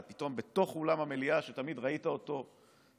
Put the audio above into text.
אתה פתאום בתוך אולם המליאה שתמיד ראית מבחוץ,